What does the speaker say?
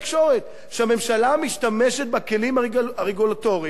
שהממשלה משתמשת בכלים הרגולטוריים כדי